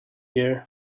year